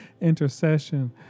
intercession